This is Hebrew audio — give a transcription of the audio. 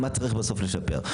מה צריך בסוף לשפר.